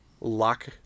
lock